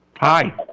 Hi